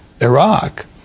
Iraq